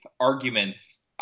arguments